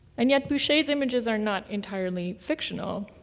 and yet, boucher's images are not entirely fictional.